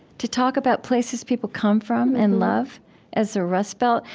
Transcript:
to talk about places people come from and love as the rust belt.